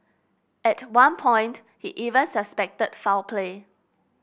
at one point he even suspected foul play